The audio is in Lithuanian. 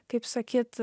kaip sakyt